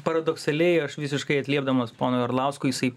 paradoksaliai aš visiškai atliepdamas ponui orlauskui jisai